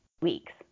weeks